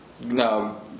No